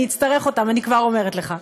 אני אצטרך אותן, אני כבר אומרת לך.